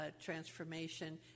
transformation